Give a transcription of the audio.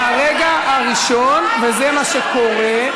וזה מה שקורה.